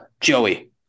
Joey